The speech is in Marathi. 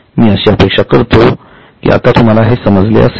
मीअशी अपेक्षा करतोकि आता तुम्हाला हे समजले असेल